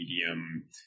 medium